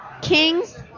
Kings